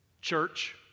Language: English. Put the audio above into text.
church